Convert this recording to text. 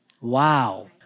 Wow